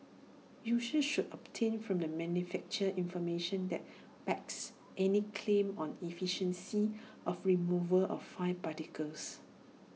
users should obtain from the manufacturer information that backs any claim on efficiency of removal of fine particles